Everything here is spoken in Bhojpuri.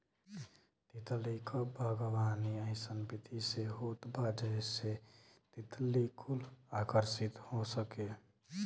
तितली क बागवानी अइसन विधि से होत बा जेसे तितली कुल आकर्षित हो सके